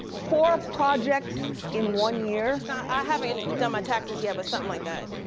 four projects in one year? i haven't done my taxes yet, but something like that.